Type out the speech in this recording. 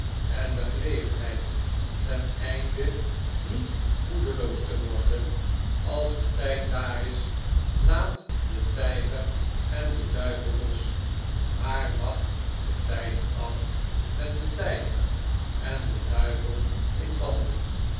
te zien endegelegenheid ten einde niet moedeloos te worden als de trjd daar is laat den tgger en den duivel los maar wacht den th'd af met den th'ger en den duivel in banden